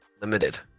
limited